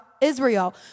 Israel